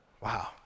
Wow